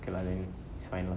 okay lah then it's fine lah